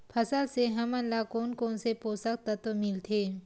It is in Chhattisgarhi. फसल से हमन ला कोन कोन से पोषक तत्व मिलथे?